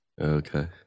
Okay